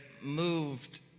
moved